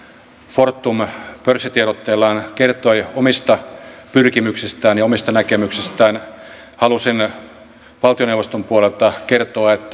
fortum pörssitiedotteellaan kertoi omista pyrkimyksistään ja omista näkemyksistään halusin valtioneuvoston puolelta kertoa